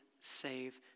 save